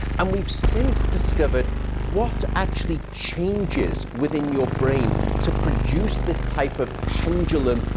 and we've since discovered what actually changes within your brain to produce this type of pendulum,